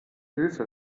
höfe